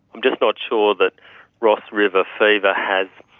i'm just not sure that ross river fever has